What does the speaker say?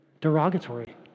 derogatory